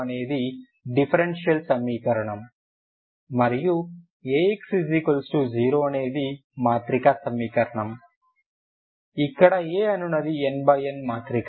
Ly 0 అనేది differential సమీకరణం మరియు AX 0 అనేది మాత్రిక సమీకరణం ఇక్కడ A అనేది n x n మాత్రిక